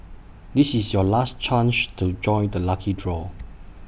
this is your last chance to join the lucky draw